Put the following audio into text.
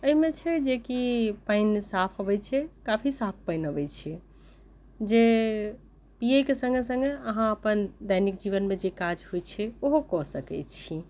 एहिमे छै जे कि पानि साफ अबैत छै काफी साफ पानि अबैत छै जे पियैके सङ्गे सङ्गे अहाँ अपन दैनिक जीवनमे जे काज होइत छै ओहो कऽ सकैत छी